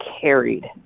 carried